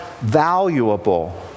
valuable